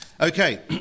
Okay